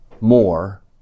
more